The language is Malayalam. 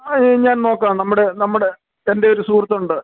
ആ ഞാൻ നോക്കാം നമ്മുടെ നമ്മുടെ എൻ്റെയൊരു സുഹൃത്തുണ്ട്